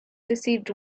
deceived